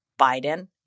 Biden